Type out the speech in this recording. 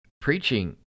preaching